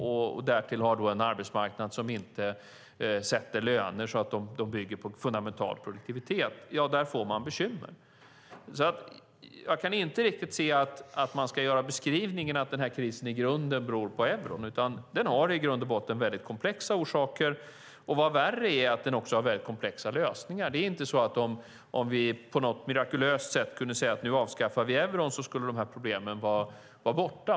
Har de därtill en arbetsmarknad som inte sätter löner så att de bygger på fundamental produktivitet får de bekymmer. Jag kan alltså inte riktigt se att man kan göra beskrivningen att krisen i grunden beror på euron, utan den har i grund och botten väldigt komplexa orsaker. Vad värre är att den också har väldigt komplexa lösningar. Det är inte så att problemen om vi på något mirakulöst sätt kunde säga att vi avskaffar euron skulle vara borta.